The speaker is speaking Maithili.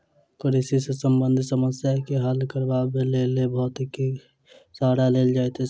कृषि सॅ संबंधित समस्या के हल करबाक लेल भौतिकीक सहारा लेल जाइत छै